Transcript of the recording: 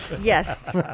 Yes